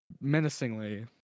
menacingly